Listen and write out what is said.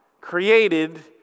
created